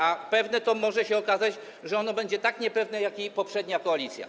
A może się okazać, że ono będzie tak niepewne, jak i poprzednia koalicja.